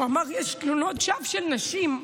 והוא אמר: יש תלונות שווא של נשים,